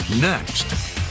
next